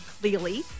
clearly